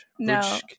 No